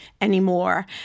anymore